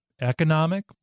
economic